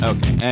Okay